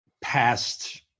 past